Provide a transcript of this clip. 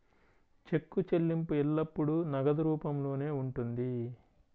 చెక్కు చెల్లింపు ఎల్లప్పుడూ నగదు రూపంలోనే ఉంటుంది